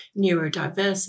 neurodiversity